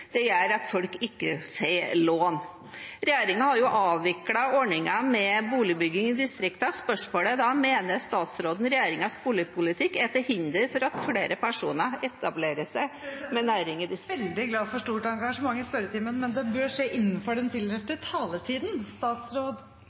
Det gjør at folk ikke får lån . Regjeringen har jo avviklet ordningen med boligbygging i distriktene. Spørsmålet er da: Mener statsråden at regjeringens boligpolitikk er til hinder for at flere personer etablerer seg med næring i distriktene? Taletiden er ute. Presidenten er veldig glad for stort engasjement i spørretimen, men det bør skje innenfor den tildelte taletiden.